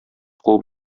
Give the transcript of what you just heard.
куып